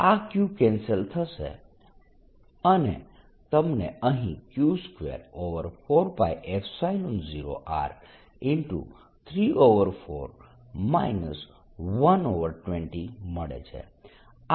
આ Q cancel થશે અને તમને અહીં Q24π0R 34 120 મળે છે